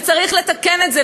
וצריך לתקן את זה.